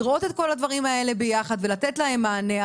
לראות את כל הדברים האלה ביחד ולתת להם מענה.